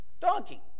donkey